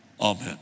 Amen